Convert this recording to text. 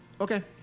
Okay